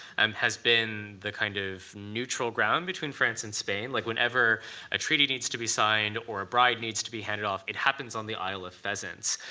um has been the kind of neutral ground between france and spain. like, whenever a treaty needs to be signed or a bride needs to be handed off, it happens on the isle of pheasants.